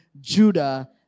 Judah